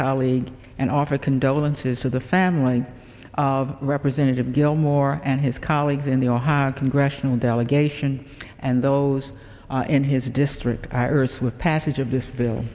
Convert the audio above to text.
colleague and offer condolences to the family of representative gilmore and his colleagues in the all hot congressional delegation and those in his district iris with passage of this bill